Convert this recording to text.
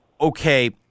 okay